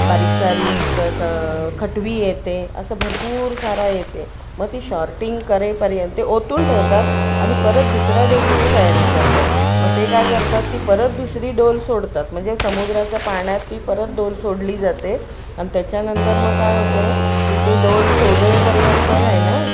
बारीकसारीक खटवी येते असं भरपूर सारा येते मग ती शॉर्टिंग करेपर्यंत ते ओतून ठेवतात आणि परत दुसऱ्या डोलीची तयारी करतात मग ते काय करतात ती परत दुसरी डोल सोडतात म्हणजे समुद्राच्या पाण्यात ती परत डोल सोडली जाते आणि त्याच्यानंतर मग काय होते की ती डोल सोडवेपर्यंत तर आहे ना